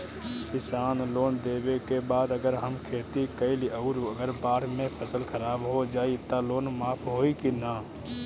किसान लोन लेबे के बाद अगर हम खेती कैलि अउर अगर बाढ़ मे फसल खराब हो जाई त लोन माफ होई कि न?